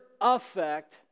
effect